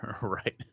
Right